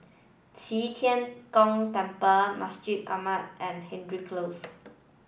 Qi Tian Gong Temple Masjid Ahmad and Hendry Close